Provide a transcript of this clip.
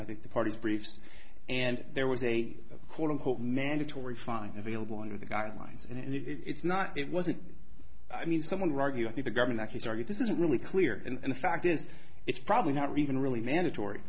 i think the parties briefs and there was a quote unquote mandatory funding available under the guidelines and it's not it wasn't i mean someone rightly i think the government actually started this isn't really clear and the fact is it's probably not even really mandatory